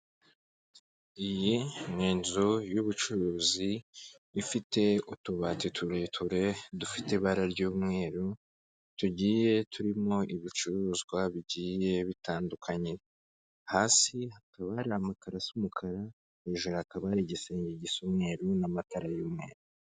Iyi ni inzu y'ubucuruzi, ifite utubati tureture dufite ibara ry'umweru, tugiye turimo ibicuruzwa bigiye bitandukanye, Hasi hakaba hari amakaro asa umukara, hejuru hakaba hari igisenge gisa umweru, n'amatara y'umweru.